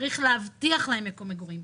שצריך להבטיח להם מקום מגורים?